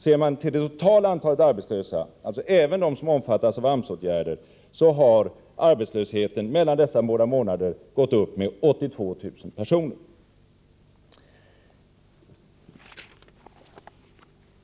Ser vi på det totala antalet arbetslösa, dvs. även de som omfattas av AMS-åtgärder, finner vi att arbetslösheten mellan dessa båda månader har gått upp med 82 000 personer.